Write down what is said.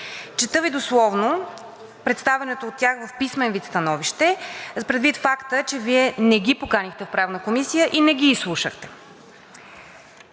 Чета Ви дословно представеното от тях в писмен вид становище, предвид факта, че Вие не ги поканихте в Правната комисия и не ги изслушахте.